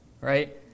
right